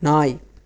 நாய்